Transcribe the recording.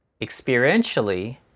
experientially